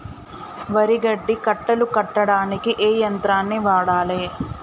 వరి గడ్డి కట్టలు కట్టడానికి ఏ యంత్రాన్ని వాడాలే?